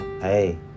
hey